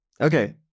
Okay